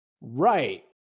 right